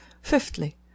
Fifthly